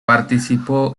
participó